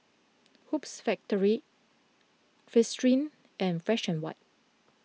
Hoops Factory Fristine and Fresh and White